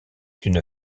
d’une